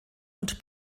und